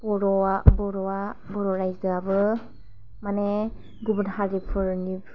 बर'आ बर'आ बर' रायजोआबो माने गुबुन हारिफोरनि